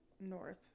north